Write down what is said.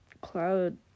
Cloud